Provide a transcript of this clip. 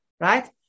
Right